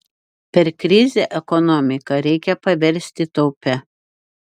per krizę ekonomiką reikia paversti taupia